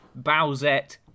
Bowsette